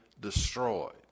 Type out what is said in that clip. destroyed